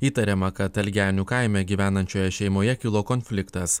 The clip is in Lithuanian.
įtariama kad algenių kaime gyvenančioje šeimoje kilo konfliktas